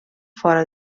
fora